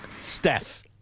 Steph